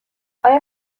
آیا